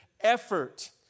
effort